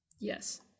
Yes